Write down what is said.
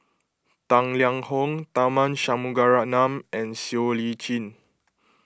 Tang Liang Hong Tharman Shanmugaratnam and Siow Lee Chin